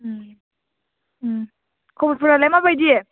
खबरफोरालाय माबायदि